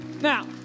Now